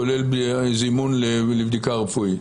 כולל זימון לבדיקה רפואית?